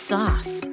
Sauce